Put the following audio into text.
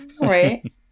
Right